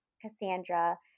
Cassandra